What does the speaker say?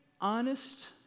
honest